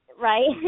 Right